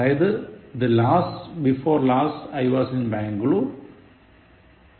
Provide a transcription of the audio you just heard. അതായത് the year before last I was in Bangalore